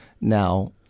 Now